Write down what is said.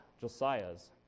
Josiah's